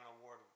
Award